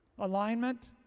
alignment